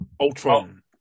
Ultron